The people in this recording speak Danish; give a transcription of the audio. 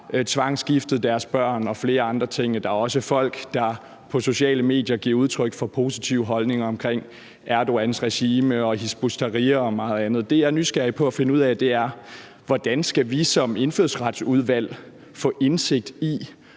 tvangsgiftet deres børn, og flere andre ting. Der også folk, der på sociale medier giver udtryk for positive holdninger til Erdogans regime og Hizb ut-Tahrir og meget andet. Det, jeg er nysgerrig på at finde ud af, er, hvordan vi som indfødsretsudvalg skal få indsigt i,